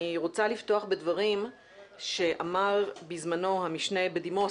אני רוצה לפתוח בדברים שאמר בזמנו המשנה בדימוס